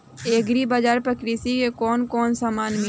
Agri बाजार पर कृषि के कवन कवन समान मिली?